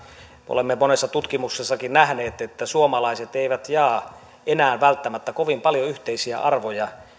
olemme monesta tutkimuksestakin nähneet että suomalaiset eivät jaa enää välttämättä kovin paljon yhteisiä arvoja